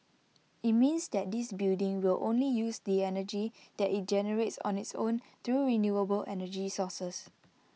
IT means that this building will only use the energy that IT generates on its own through renewable energy sources